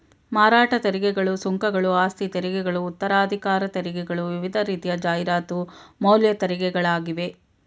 ಮಾರಾಟ ತೆರಿಗೆಗಳು, ಸುಂಕಗಳು, ಆಸ್ತಿತೆರಿಗೆಗಳು ಉತ್ತರಾಧಿಕಾರ ತೆರಿಗೆಗಳು ವಿವಿಧ ರೀತಿಯ ಜಾಹೀರಾತು ಮೌಲ್ಯ ತೆರಿಗೆಗಳಾಗಿವೆ